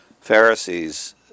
Pharisees